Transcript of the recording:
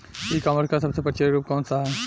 ई कॉमर्स क सबसे प्रचलित रूप कवन सा ह?